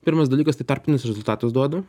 pirmas dalykas tai tarpinius rezultatus duodu